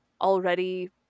already